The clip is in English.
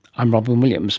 i'm robyn williams